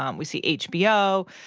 um we see hbo.